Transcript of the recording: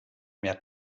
mehr